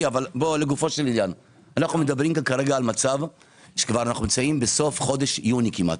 לגופו של עניין, אנו נמצאים בסוף חודש יוני כמעט.